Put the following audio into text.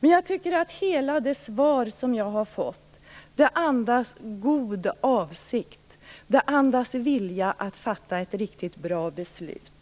men jag tycker att hela det svar jag har fått andas god avsikt, och det andas vilja att fatta ett riktigt bra beslut.